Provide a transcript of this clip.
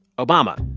obama.